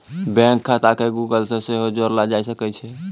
bank खाता के Google से सेहो जोड़लो जाय सकै छै